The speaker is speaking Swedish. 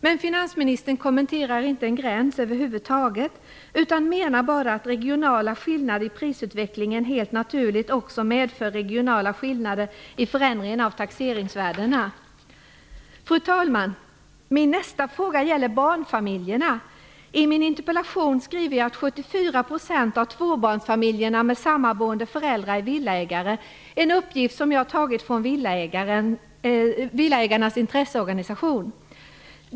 Men finansministern kommenterar inte en gräns över huvud taget, utan menar bara att regionala skillnader i prisutvecklingen helt naturligt också medför regionala skillnader i förändringen av taxeringsvärdena. Fru talman! Min nästa fråga gäller barnfamiljerna. I min interpellation skriver jag att 74 % av tvåbarnsfamiljerna med sammanboende föräldrar är villaägare, en uppgift jag tagit från Villaägarnas riksförbund.